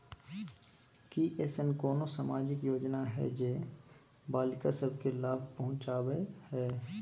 की ऐसन कोनो सामाजिक योजना हय जे बालिका सब के लाभ पहुँचाबय हय?